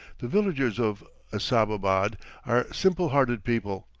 the villagers of assababad are simple-hearted people,